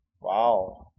Wow